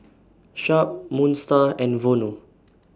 Sharp Moon STAR and Vono